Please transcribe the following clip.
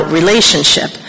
relationship